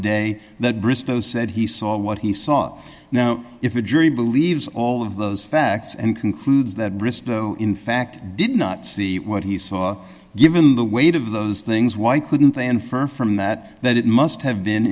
day that bristow said he saw what he saw now if a jury believes all of those facts and concludes that bristol in fact did not see what he saw given the weight of those things why couldn't they infer from that that it must have been